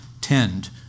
tend